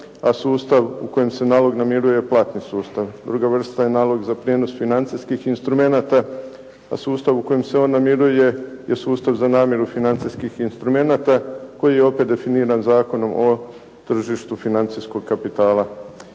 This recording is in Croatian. a sustav u kojem se nalog namiruje platni sustav. Druga vrsta je nalog za prijenos financijskih instrumenata, a sustav u kojem se on namiruje je sustav za namiru financijskih instrumenata koji je opet definiran Zakonom o tržištu financijskog kapitala.